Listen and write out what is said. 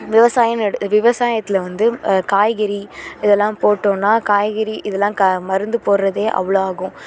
விவசாயம்னு எடு விவசாயத்தில் வந்து காய்கறி இதெல்லாம் போட்டோன்னால் காய்கறி இதெல்லாம் க மருந்து போடுறதே அவ்வளோ ஆகும்